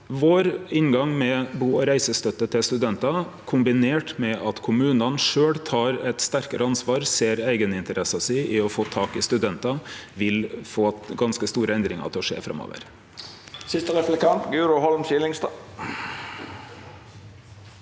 vår inngang, med bu- og reisestøtte til studentar, kombinert med at kommunane sjølv tek eit sterkare ansvar og ser eigeninteresse i å få tak i studentar, vil få ganske store endringar til å skje framover. Guro Holm Skillingstad